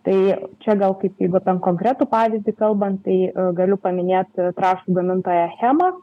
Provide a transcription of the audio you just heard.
tai čia gal kaip jeigu apie konkretų pavyzdį kalbant tai galiu paminėt trąšų gamintoją achemą